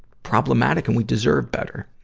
problematic and we deserve better.